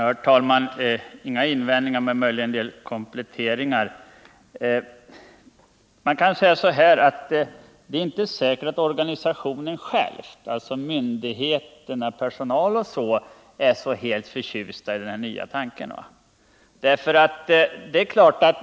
Herr talman! Jag har inga invändningar att göra men möjligen en del kompletteringar. Det är inte säkert att organisationen själv — myndigheter, personal osv. — är så helt förtjust i de här nya tankarna.